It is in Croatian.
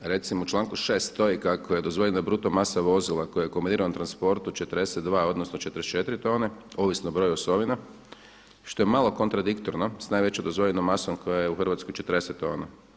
Recimo u članku 6. stoji kako je dozvoljeno da bruto masa vozila koje je … transportu 42 odnosno 44 tone ovisno o broju osovina, što je malo kontradiktorno s najvećom dozvoljenom masom koja je u Hrvatskoj 40 tona.